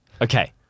Okay